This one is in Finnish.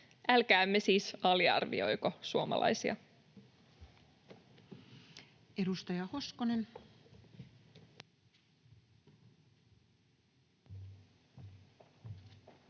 Älkäämme siis aliarvioiko suomalaisia. Edustaja Hoskonen.